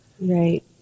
Right